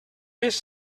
més